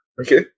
okay